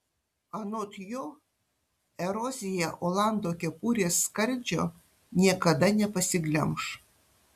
anot jo erozija olando kepurės skardžio niekada nepasiglemš